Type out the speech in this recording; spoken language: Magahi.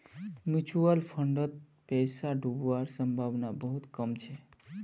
म्यूचुअल फंडत पैसा डूबवार संभावना बहुत कम छ